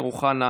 אמיר אוחנה,